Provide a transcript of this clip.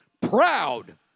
proud